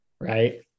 Right